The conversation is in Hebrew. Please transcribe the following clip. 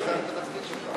שם החוק נתקבל.